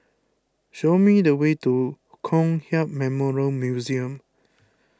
show me the way to Kong Hiap Memorial Museum